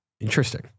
Interesting